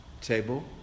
table